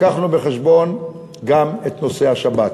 לקחנו בחשבון גם את נושא השבת,